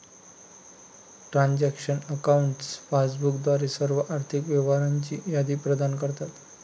transaction accounts passbook द्वारे सर्व आर्थिक व्यवहारांची यादी प्रदान करतात